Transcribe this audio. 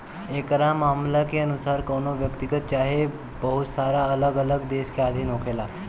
एकरा मामला के अनुसार कवनो व्यक्तिगत चाहे बहुत सारा अलग अलग देश के अधीन होखेला